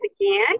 again